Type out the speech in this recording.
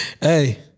Hey